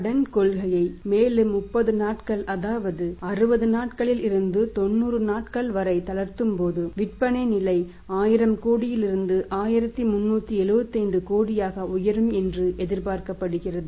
கடன் கொள்கையை மேலும் 30 நாட்கள் அதாவது 60 நாட்களில் இருந்து 90 நாட்கள் வரை தளர்த்தும்போது விற்பனை நிலை 1000 கோடியிலிருந்து 1375 கோடியாக உயரும் என்று எதிர்பார்க்கிறோம்